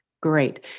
Great